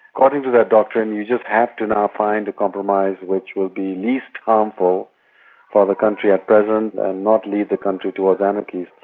according to that doctrine you just have to now find a compromise which will be least harmful for the country at present and not lead the country towards anarchy.